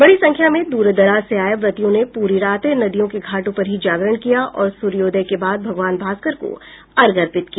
बड़ी संख्या में दूर दराज से आये व्रतियों ने पूरी रात नदियों के घाटों पर ही जागरण किया और सूर्योदय के बाद भगवान भास्कर को अर्घ्य अर्पित किया